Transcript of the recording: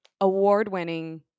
award-winning